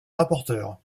rapporteure